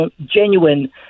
genuine